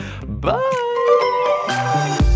bye